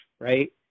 right